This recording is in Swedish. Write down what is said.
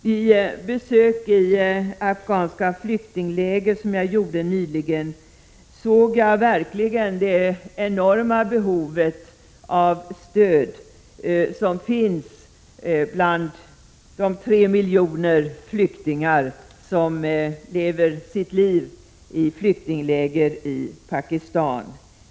Vid ett besök i afghanska flyktingläger som jag gjorde nyligen såg jag det enorma behov av stöd som finns bland de 3 miljoner flyktingar som lever sitt liv i flyktingläger i Pakistan.